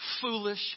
foolish